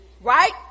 right